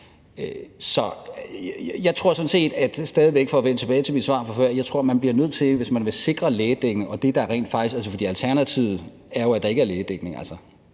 sådan set stadig væk, for at vende tilbage til mit svar fra før, at man bliver nødt til, hvis man vil sikre lægedækning – for alternativet er jo, at der ikke er lægedækning